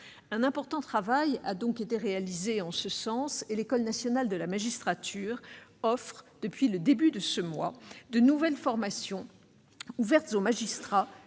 Un important travail a donc été réalisé en ce sens, et l'École nationale de la magistrature offre, depuis le début de ce mois, de nouvelles formations ouvertes aux magistrats,